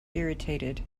irritated